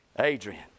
Adrian